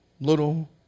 little